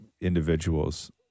individuals